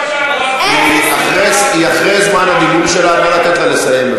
היא אחרי זמן הדיבור שלה, נא לתת לה לסיים.